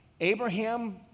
Abraham